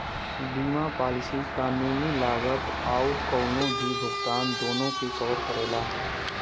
बीमा पॉलिसी कानूनी लागत आउर कउनो भी भुगतान दूनो के कवर करेला